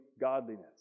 godliness